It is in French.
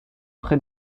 pré